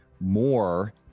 more